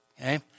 Okay